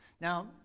Now